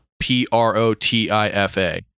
P-R-O-T-I-F-A